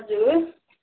हजुर